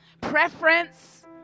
preference